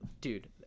dude